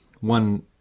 one